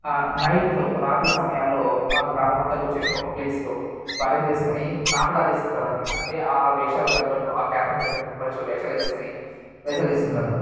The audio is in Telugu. నైట్లో రాత్రి సమయాల్లో ఆ గ్రామము అంతా కూర్చొని ఒక ప్లేస్లో అరేంజ్ చేసుకుని నాటకాలు చేస్తుంటారండి అంటే ఆ వేషాలు తగ్గట్టు ఆ క్యారెక్టర్ తగ్గట్టు మనుషులు వేషాలు ఏసుకుని వేషాలు చేస్తుంటారండి